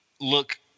look